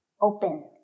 Open